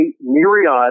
myriad